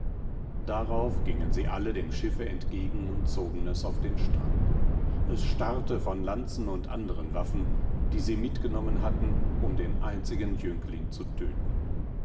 darauf gingen sie alle dem schiffe entgegen und zogen es auf den strand es starrte von lanzen und andern waffen die sie mitgenommen hatten um den einzigen jüngling zu töten